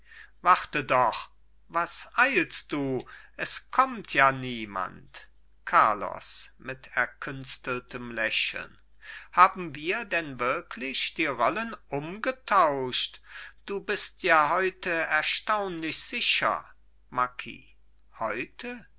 warte doch was eilst du es kommt ja niemand carlos mit erkünsteltem lächeln haben wir denn wirklich die rollen umgetauscht du bist ja heute erstaunlich sicher marquis heute